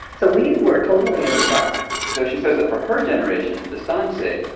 so we were totally in the dark so she says that for her generation, the sansei,